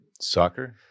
Soccer